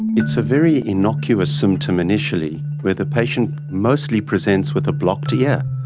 it's a very innocuous symptom initially where the patient mostly presents with a blocked ear.